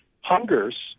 hungers